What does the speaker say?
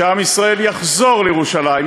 שעם ישראל יחזור לירושלים,